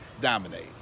dominate